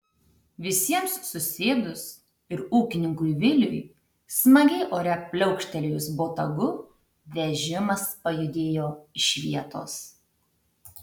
visiems susėdus ir ūkininkui viliui smagiai ore pliaukštelėjus botagu vežimas pajudėjo iš vietos